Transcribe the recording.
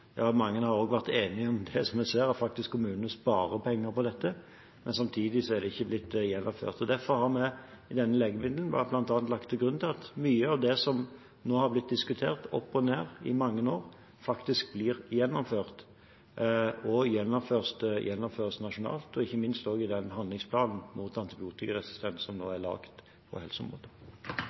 ja, mange har også vært enige om at kommunene faktisk sparer penger på dette, som vi ser – men samtidig er det ikke blitt gjennomført. Derfor har vi i denne legemiddelmeldingen bl.a. lagt til grunn at mye av det som nå har blitt diskutert opp og ned i mange år, faktisk blir gjennomført og gjennomføres nasjonalt, og ikke minst også i den handlingsplanen mot antibiotikaresistens som nå er